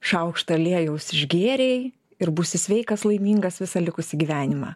šaukštą aliejaus išgėrei ir būsi sveikas laimingas visą likusį gyvenimą